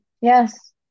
Yes